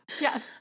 Yes